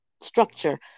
structure